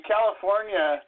California